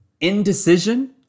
indecision